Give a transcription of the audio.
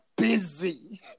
Busy